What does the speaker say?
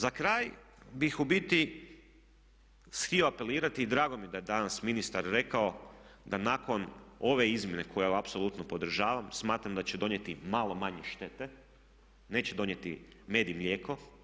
Za kraj bih u biti htio apelirati i drago mi je da je danas ministar rekao da nakon ove izmjene koju apsolutno podržavam smatram da će donijeti malo manje štete, neće donijeti med i mlijeko.